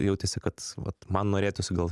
jautėsi kad vat man norėtųsi gal